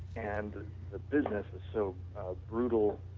and the business is so brutal